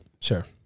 Sure